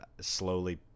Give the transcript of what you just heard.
slowly